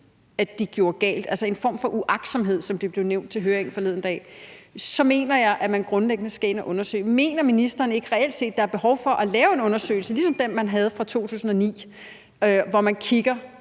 at de gjorde galt, altså en form for uagtsomhed, som det blev nævnt ved høringen forleden dag, så mener jeg, at man grundlæggende skal ind og undersøge det. Mener ministeren ikke reelt set, at der er behov for at lave en undersøgelse ligesom den, man havde fra 2009, hvor man manuelt